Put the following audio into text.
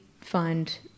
find